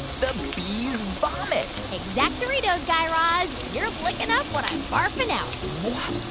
the bees' vomit exact-oritos, guy raz. you're licking up what i'm barfing out what?